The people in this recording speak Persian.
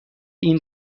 این